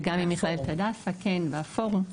גם עם מכללת הדסה והפורום.